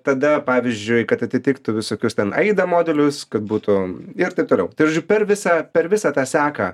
tada pavyzdžiui kad atitiktų visokius ten aida modelius kad būtų ir taip toliau tai žodžiu per visą per visą tą seką